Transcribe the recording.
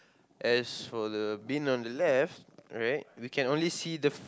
as for the bin on the left right we can only see the f~